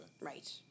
right